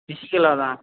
ஃபிஸிக்கலாக தான்